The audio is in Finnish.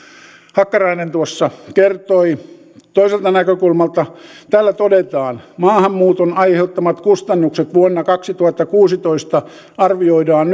hakkarainen tuossa kertoi toiselta näkökulmalta täällä todetaan maahanmuuton aiheuttamat kustannukset vuonna kaksituhattakuusitoista arvioidaan